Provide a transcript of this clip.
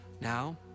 Now